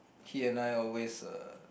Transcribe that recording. he and I always uh